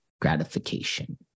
gratification